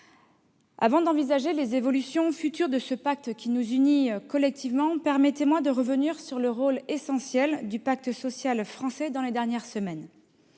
Avant d'envisager les évolutions futures de ce pacte qui nous unit, permettez-moi de revenir sur le rôle essentiel du pacte social français dans les dernières semaines.